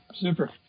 Super